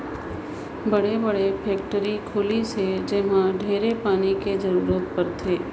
बड़े बड़े फेकटरी खुली से जेम्हा ढेरे पानी के जरूरत परथे